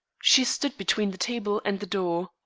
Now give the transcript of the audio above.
she stood between the table and the door.